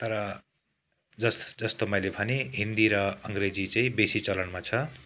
र जस् जस्तो मैले भने हिन्दी र अङ्ग्रेजी चाहिँ बेसी चलनमा छ